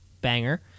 Banger